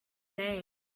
name